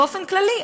באופן כללי,